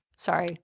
Sorry